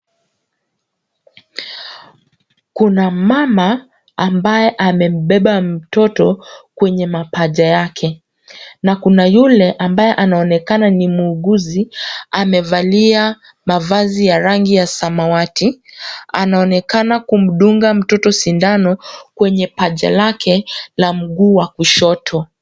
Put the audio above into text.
Kuna mmama ambaye amembeba mtoto kwenye mapaja yake na kuna yule ambaye anaonekana ni muuguzi amevalia mavazi ya rangi ya samawati. Anaonekana kumdunga mtoto sindano kwenye paja lake la mguu wa kushoto.